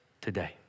today